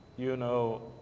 you know,